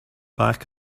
back